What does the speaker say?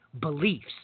beliefs